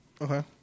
Okay